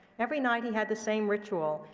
every night, he had the same ritual.